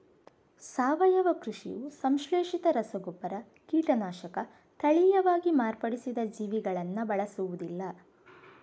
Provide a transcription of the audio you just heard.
ಸಾವಯವ ಕೃಷಿಯು ಸಂಶ್ಲೇಷಿತ ರಸಗೊಬ್ಬರ, ಕೀಟನಾಶಕ, ತಳೀಯವಾಗಿ ಮಾರ್ಪಡಿಸಿದ ಜೀವಿಗಳನ್ನ ಬಳಸುದಿಲ್ಲ